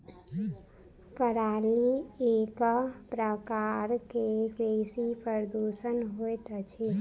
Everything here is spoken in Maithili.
पराली एक प्रकार के कृषि प्रदूषण होइत अछि